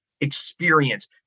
experience